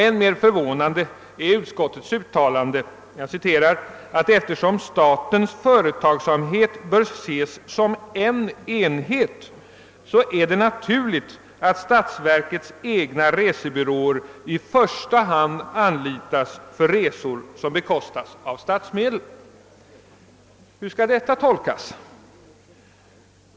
Än mer förvånande är följande uttalande av utskottet: »Eftersom statens företagsamhet bör ses som en enhet är det —— naturligt att statsverkets egna resebyråer i första hand anlitas för resor, som bekostas av statsmedel.» Hur skall detta tolkas?